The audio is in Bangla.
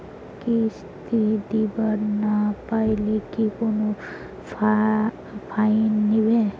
কিস্তি দিবার না পাইলে কি কোনো ফাইন নিবে?